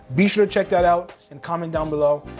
be sure to check that out and comment down below,